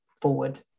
forward